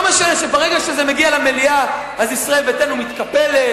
לא משנה שברגע שזה מגיע למליאה אז ישראל ביתנו מתקפלת